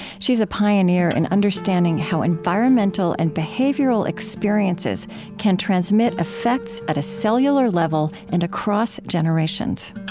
she's a pioneer in understanding how environmental and behavioral experiences can transmit effects at a cellular level and across generations